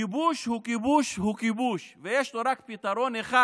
כיבוש הוא כיבוש הוא כיבוש, ויש לו רק פתרון אחד,